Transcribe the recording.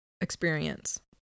experience